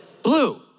blue